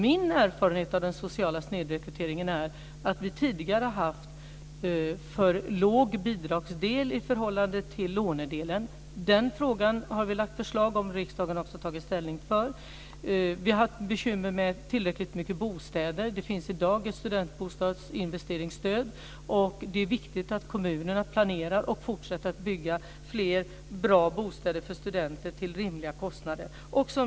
Min erfarenhet av den sociala snedrekryteringen är att det tidigare har varit för låg bidragsdel i förhållande till lånedelen. Den frågan har vi lagt fram förslag om, och riksdagen har tagit ställning för. Vi har haft bekymmer med tillräckligt många bostäder. Det finns i dag ett investeringsstöd för studentbostäder. Det är viktigt att kommunerna planerar och fortsätter att bygga fler bra bostäder för studenter till rimliga kostnader.